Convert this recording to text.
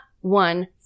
one